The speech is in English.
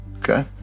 Okay